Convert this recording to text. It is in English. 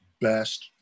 best